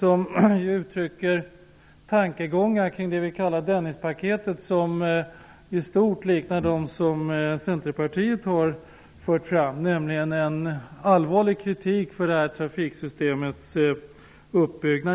Hon har tankegångar kring Dennispaketet som i stort liknar dem som Centerpartiet har fört fram, nämligen en allvarlig kritik mot det trafiksystemets uppbyggnad.